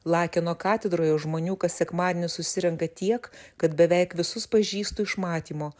lakeno katedroje žmonių kas sekmadienį susirenka tiek kad beveik visus pažįstu iš matymo